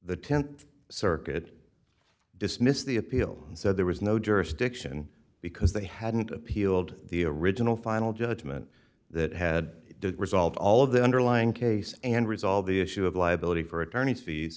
the th circuit dismissed the appeal and said there was no jurisdiction because they hadn't appealed the original final judgment that had resolved all of the underlying case and resolve the issue of liability for attorney's fees